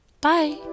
bye